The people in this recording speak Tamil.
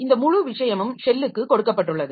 இந்த முழு விஷயமும் ஷெல்லுக்கு கொடுக்கப்பட்டுள்ளது